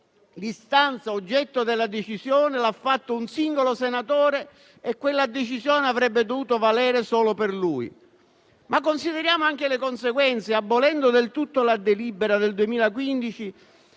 l'istanza oggetto della decisione l'ha presentata un singolo senatore e quella decisione avrebbe dovuto valere solo per lui. Consideriamo, però, anche le conseguenze: abolendo del tutto la delibera del 2015,